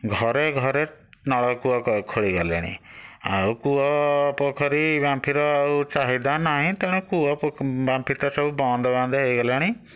ଘରେ ଘରେ ନଳକୂଅ କ ଖୋଳି ଗଲେଣି ଆଉ କୂଅ ପୋଖରୀ ବାମ୍ଫିର ଆଉ ଚାହିଦା ନାହିଁ ତେଣୁ କୂଅ ବାମ୍ଫି ତ ସବୁ ବନ୍ଦବାନ୍ଦ ହେଇଗଲାଣି